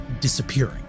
disappearing